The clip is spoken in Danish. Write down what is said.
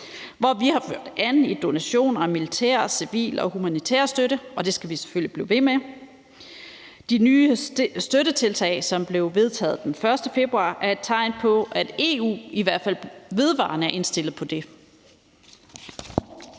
hvor vi har ført an i donationer af militær, civil og humanitær støtte, og det skal vi selvfølgelig blive ved med. De nye støttetiltag, som blev vedtaget den 1. februar, er et tegn på, at EU i hvert fald vedvarende er indstillet på det.